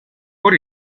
por